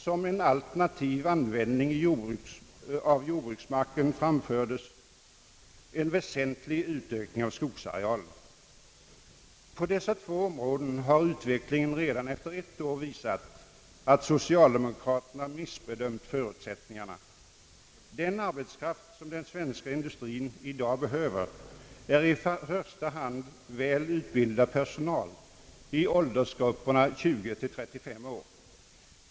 Som en alternativ användning av jordbruksmarken framfördes en väsentlig utökning av skogsarealen. På dessa två områden har utvecklingen redan efter ett år visat att socialdemokraterna missbedömt förutsättningarna. Den arbetskraft som den svenska industrien i dag efterfrågar är i första hand väl utbildad personal i åldersgrupperna 20—35 år.